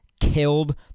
killed